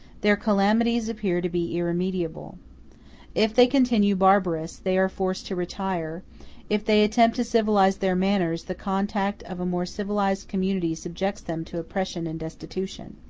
their calamities appear to be irremediable if they continue barbarous, they are forced to retire if they attempt to civilize their manners, the contact of a more civilized community subjects them to oppression and destitution.